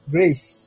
Grace